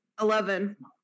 Eleven